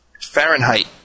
Fahrenheit